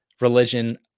religion